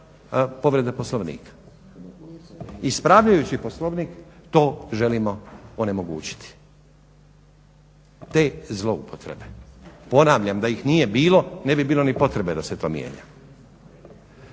povrede Poslovnika. Ispravljajući Poslovnik to želimo onemogućiti, te zloupotrebe. Ponavljam, da ih nije bilo ne bi bilo ni potrebe da se to mijenja.